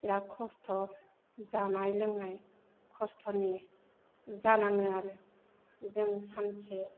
बिरात खस्थ' जानाय लोंनाय खस्थ'नि जानाङो आरो जों सानसे